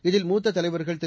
இதில் மூத்த தலைவர்கள் திரு